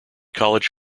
college